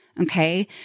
Okay